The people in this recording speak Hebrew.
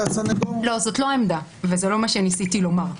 לא, זאת לא העמדה וזה לא מה שניסיתי לומר.